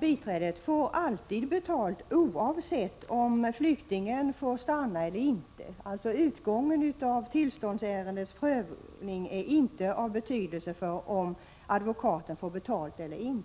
biträdet får alltid betalt, oavsett om flyktingen får stanna eller inte. Utgången av tillståndsärendet är alltså inte av betydelse för advokatens ersättning.